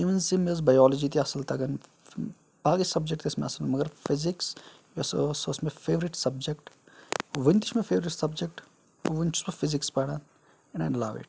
اِوٕن زِ مےٚ ٲسۍ بَیالجی تہِ اَصٕل تَگَان باقٕے سَبجَکٹ تہِ ٲسۍ مےٚ اَصٕل مگر فِزِکٕس یۄس ٲسۍ سۄ ٲسۍ مےٚ فیورِٹ سَبجَکٹ وٕنہِ تہِ چھِ مےٚ فیورِٹ سَبجَکٹ وٕنہِ چھُس بہٕ فِزِکٕس پَران ایٚنٛڈ آے لَو اِٹ